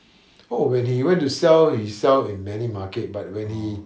oh when he went to sell he sell in many market but when he